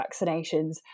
vaccinations